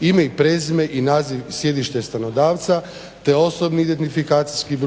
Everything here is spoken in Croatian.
ime i prezime i naziv sjedište stanodavca, te OIB,